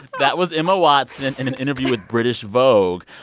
that was emma watson in an interview with british vogue,